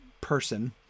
person